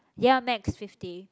ya max fifty